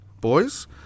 boys